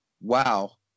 Wow